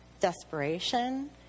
desperation